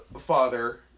father